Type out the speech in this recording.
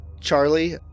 Charlie